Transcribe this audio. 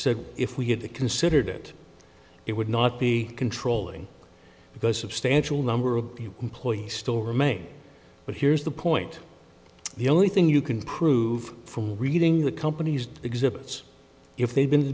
said if we had the considered it it would not be controlling because substantial number of employees still remain but here's the point the only thing you can prove from reading the company's exhibits if they've been